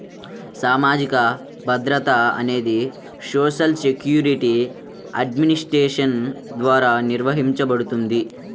సామాజిక భద్రత అనేది సోషల్ సెక్యూరిటీ అడ్మినిస్ట్రేషన్ ద్వారా నిర్వహించబడుతుంది